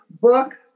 book